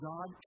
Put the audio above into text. God